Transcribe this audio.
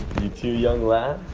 you too young lad.